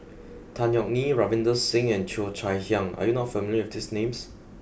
Tan Yeok Nee Ravinder Singh and Cheo Chai Hiang are you not familiar with these names